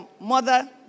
mother